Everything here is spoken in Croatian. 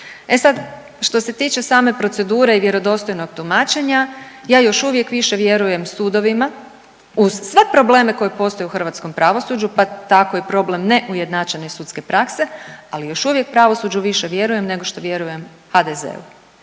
E sad, što se tiče same procedure i vjerodostojnog tumačenja, ja još uvijek više vjerujem sudovima uz sve probleme koji postoje u hrvatskom pravosuđu, pa tako i problem i neujednačene sudske prakse, ali još uvijek pravosuđu više vjerujem nego što vjerujem HDZ-u.